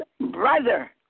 brother